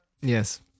Yes